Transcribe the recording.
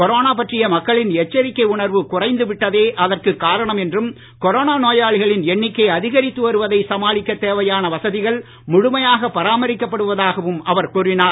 corona பற்றிய மக்களின் எச்சரிக்கை உணர்வு குறைந்து விட்டதே அதற்கு காரணம் என்றும் கொரோனா நோயாளிகளின் எண்ணிக்கை அதிகரித்து வருவதை சமாளிக்க தேவையான வசதிகள் முழுமையாக பராமரிக்கப்படுவதாகவும் அவர் கூறினார்